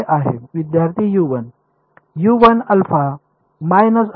विद्यार्थी